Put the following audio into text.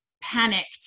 panicked